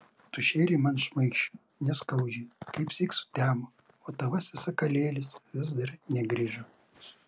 tu šėrei man šmaikščiu neskaudžiai kaipsyk sutemo o tavasis sakalėlis vis dar negrįžo